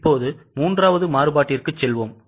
இப்போது மூன்றாவது மாறுபாட்டிற்கு செல்வோம்